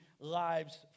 lives